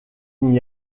n’y